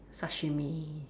sashimi